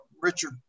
Richard